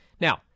Now